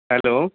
hello